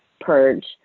purge